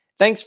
Thanks